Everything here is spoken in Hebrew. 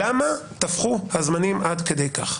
למה תפחו הזמנים עד כדי כך?